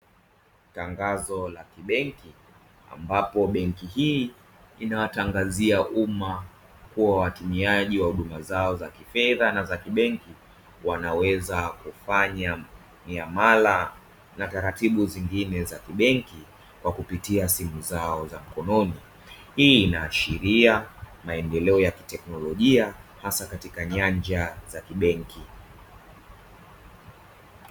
Tangazo la kibenki; ambapo benki hii inawatangazia uma kuwa watumiaji wa huduma zao za kifedha na za kibenki, wanaweza kufanya miamala na taratibu zingine za kibenki kwa kupitia simu zao za mkononi. Hii inaashiria maendeleo ya kiteknolojia hasa katika nyanja za kibenki.